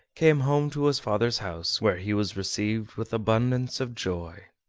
came home to his father's house, where he was received with abundance of joy.